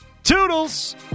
Toodles